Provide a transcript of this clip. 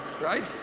right